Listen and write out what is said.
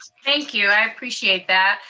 thank you, i appreciate that.